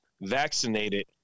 vaccinated